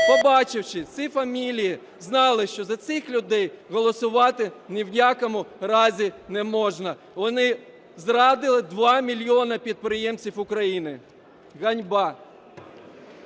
побачивши ці фамілії, знали, що за цих людей голосувати ні в якому разі не можна. Вони зрадили 2 мільйони підприємців України. Ганьба!